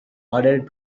added